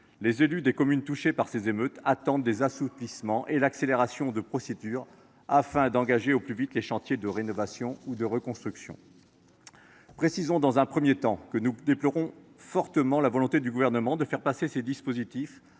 Les élus des communes touchées par ces émeutes attendent des assouplissements et l’accélération de procédures afin d’engager au plus vite les chantiers de rénovation ou de reconstruction. Précisons dans un premier temps que nous déplorons fortement la volonté du Gouvernement de faire passer ces dispositifs